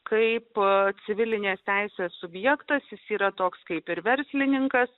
kaipo civilinės teisės subjektas jis yra toks kaip ir verslininkas